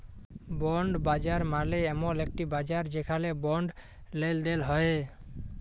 bond বাজার মালে এমল একটি বাজার যেখালে বন্ড লেলদেল হ্য়েয়